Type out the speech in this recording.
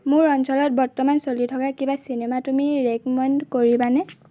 মোৰ অঞ্চলত বৰ্তমান চলি থকা কিবা চিনেমা তুমি ৰেক'মেণ্ড কৰিবানে